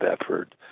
effort